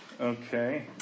okay